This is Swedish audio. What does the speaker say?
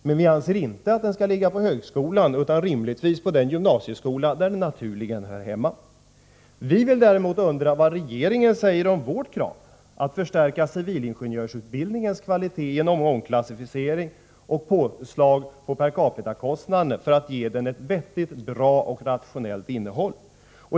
Men vi anser inte att den skall ligga på högskolan utan rimligen på den gymnasieskola där den naturligen hör hemma. Vi undrar däremot vad regeringen säger om vårt krav att förstärka civilingenjörsutbildningens kvalitet genom omklassificering och påslag på per capita-kostnaden för att ge den ett vettigt, bra och rationellt innehåll.